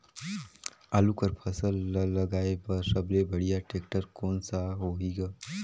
आलू कर फसल ल लगाय बर सबले बढ़िया टेक्टर कोन सा होही ग?